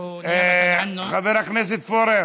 שצועקים מטעמו: אנו בעלי המקום.